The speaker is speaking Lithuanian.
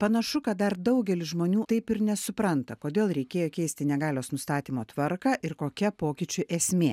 panašu kad dar daugelis žmonių taip ir nesupranta kodėl reikėjo keisti negalios nustatymo tvarką ir kokia pokyčių esmė